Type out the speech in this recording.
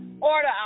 Order